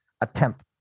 attempt